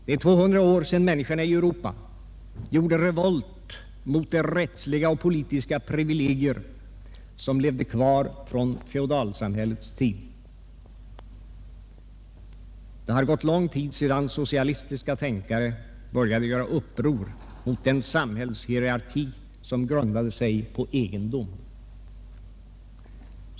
Det är 200 år sedan människorna i Europa gjorde revolt mot de rättsliga och politiska privilegier som levde kvar från feodalsamhällets tid. Det har gätt lång tid sedan socialistiska tänkare började göra uppror mot den samhällshierarki som grundade sig på cgendom.